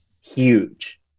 huge